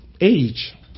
age